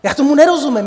Já tomu nerozumím.